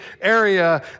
area